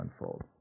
unfold